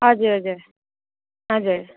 हजुर हजुर हजुर